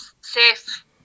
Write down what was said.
safe